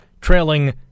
trailing